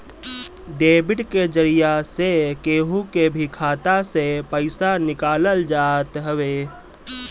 debit के जरिया से केहू के भी खाता से पईसा निकालल जात हवे